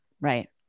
Right